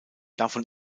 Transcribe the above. davon